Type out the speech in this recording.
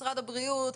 משרד הבריאות,